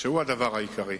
שהוא הדבר העיקרי,